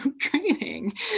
training